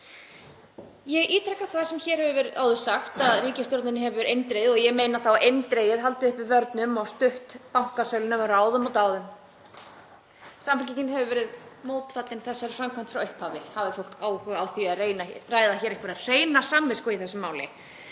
Ég ítreka það sem hér hefur áður verið sagt, að ríkisstjórnin hefur eindregið, og ég meina þá eindregið, haldið uppi vörnum og stutt bankasöluna með ráðum og dáð. Samfylkingin hefur verið mótfallin þessari framkvæmd frá upphafi, hafi fólk áhuga á að ræða hér einhverja hreina samvisku í þessu máli.